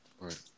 Right